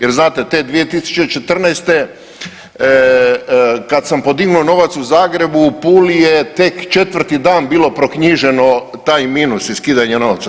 Jer znate te 2014. kad sam podignuo novac u Zagrebu u Puli je tek 4 dan bilo proknjiženo taj minus i skidanje novca.